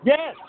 Yes